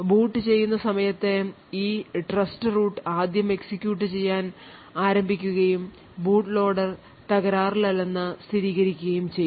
boot ചെയ്യുന്ന സമയത്തെ ഈ ട്രസ്റ് റൂട്ട് ആദ്യം എക്സിക്യൂട്ട് ചെയ്യാൻ ആരംഭിക്കുകയും ബൂട്ട് ലോഡർ തകരാറിലല്ലെന്ന് സ്ഥിരീകരിക്കുകയും ചെയ്യുന്നു